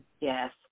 Yes